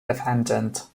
defendant